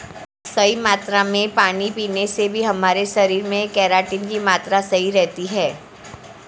सही मात्रा में पानी पीने से भी हमारे शरीर में केराटिन की मात्रा सही रहती है